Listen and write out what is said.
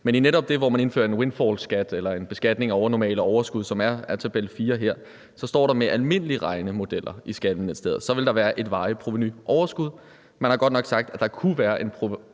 men i netop det, hvor man indfører en windfallskat eller en beskatning af overnormale overskud, som er her i tabel 4, står der, at der med almindelige regnemodeller i Skatteministeriet vil være et varigt provenuoverskud. Man har godt nok sagt, at der kunne være et